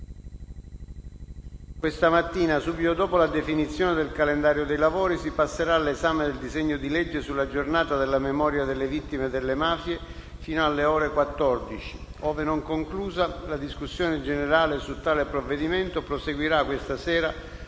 Questa mattina, subito dopo la definizione del calendario dei lavori, si passerà all'esame del disegno di legge sulla giornata della memoria delle vittime delle mafie, fino alle ore 14. Ove non conclusa, la discussione generale su tale provvedimento proseguirà questa sera,